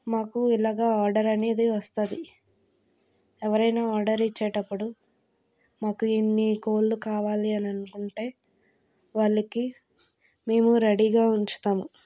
మాకు ఇలాగ ఆర్డర్ అనేది వస్తుంది ఎవరైనా ఆర్డర్ ఇచ్చేటప్పుడు మాకు ఎన్ని కోళ్లు కావాలి అని అనుకుంటే వాళ్ళకి మేము రెడీ గా ఉంచుతాము